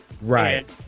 Right